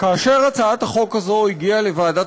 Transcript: כאשר הצעת החוק הזאת הגיעה לוועדת